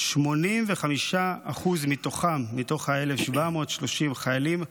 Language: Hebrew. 85% מתוכם, מתוך 1,730 החיילים,